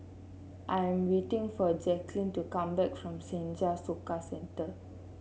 I'm waiting for Jacqulyn to come back from Senja Soka Centre